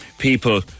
people